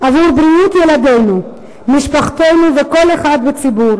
עבור בריאות ילדינו, משפחותינו וכל אחד בציבור,